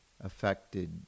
affected